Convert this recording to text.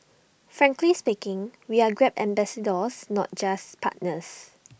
frankly speaking we are grab ambassadors not just partners